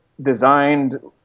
designed